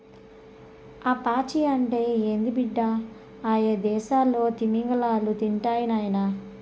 ఆ పాచి అంటే ఏంది బిడ్డ, అయ్యదేసాల్లో తిమింగలాలు తింటాయి నాయనా